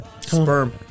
Sperm